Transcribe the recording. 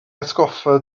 atgoffa